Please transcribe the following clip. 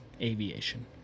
aviation